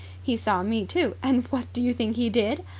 he saw me, too, and what do you think he did?